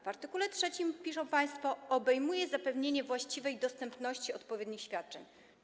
W art. 3 piszą państwo: „obejmuje zapewnienie właściwej dostępności odpowiednich świadczeń”